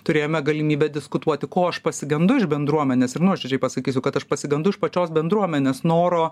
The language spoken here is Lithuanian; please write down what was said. turėjome galimybę diskutuoti ko aš pasigendu iš bendruomenės ir nuoširdžiai pasakysiu kad aš pasigendu pačios bendruomenės noro